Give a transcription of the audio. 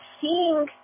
seeing